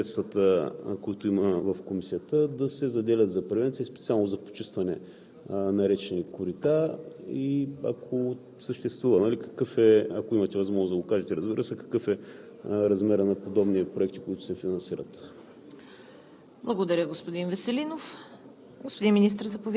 Съществува ли практика, някакъв процент от средствата, които има в Комисията, да се заделят за превенция – специално за почистване на речни корита? Ако съществува и имате възможност, разбира се, да кажете какъв е размерът на подобни проекти, които се финансират?